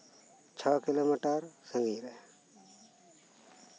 ᱪᱷᱚ ᱠᱤᱞᱳᱢᱤᱴᱟᱨ ᱥᱟᱺᱜᱤᱧ ᱨᱮ